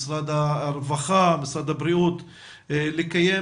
משרד העבודה והרווחה ומשרד הבריאות לקיים